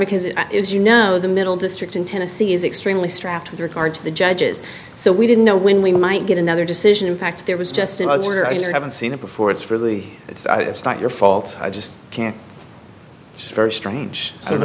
because it is you know the middle district in tennessee is extremely strapped with regard to the judges so we didn't know when we might get another decision in fact there was just another i haven't seen it before it's really it's not your fault i just can't first strange i don't know